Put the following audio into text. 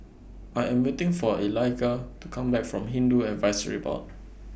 I Am waiting For Eliga to Come Back from Hindu Advisory Board